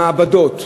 למעבדות,